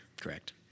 correct